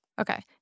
Okay